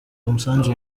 umusanzu